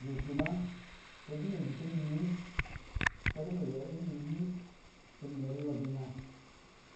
Bəgai ki ka jɨrməna jʊta nyuiim kəka dəbe go nyiihi gə merə yobi nya